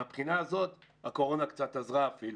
מהבחינה הזאת הקורונה קצת עזרה אפילו.